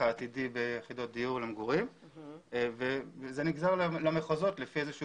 העתידי ביחידות דיור למגורים וזה נגזר למחוזות לפי איזשהו